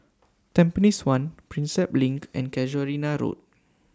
Tampines one Prinsep LINK and Casuarina Road